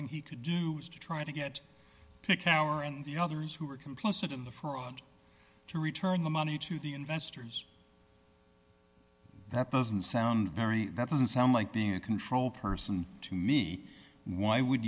thing he could do is to try to get picower and the others who were complicit in the fraud to return the money to the investors that doesn't sound very that doesn't sound like being a control person to me why would